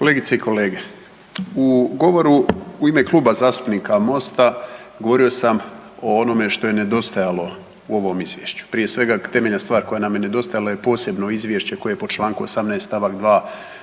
Kolegice i kolege, u govoru u ime Kluba zastupnika MOST-a govorio sam o onome što je nedostajalo u ovome Izvješću. Prije svega, temeljna stvar koja nam je nedostajala je posebno izvješće koje je po članku 18. Stavak 2. Zakon